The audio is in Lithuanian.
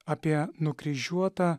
apie nukryžiuotą